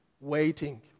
waiting